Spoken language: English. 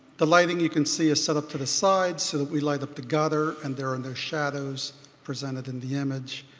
the lighting you can see is set up to the side so that we light up the gutter and there are and no shadows presented in the image.